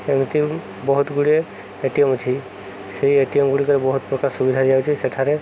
ଏମିତି ବହୁତ ଗୁଡ଼ିଏ ଏ ଟି ଏମ୍ ଅଛି ସେଇ ଏ ଟି ଏମ୍ ଗୁଡ଼ିକ ବହୁତ ପ୍ରକାର ସୁବିଧା ଯାଉଛି ସେଠାରେ